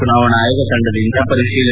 ಚುನಾವಣಾ ಆಯೋಗ ತಂಡದಿಂದ ಪರಿಶೀಲನೆ